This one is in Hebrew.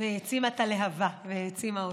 והעצימה את הלהבה, העצימה אותה.